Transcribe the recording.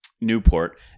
Newport